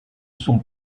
sont